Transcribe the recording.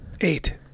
eight